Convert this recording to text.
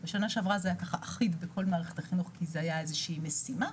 בשנה שעברה זה היה אחיד בכל מערכת החינוך כי זה היה איזושהי משימה.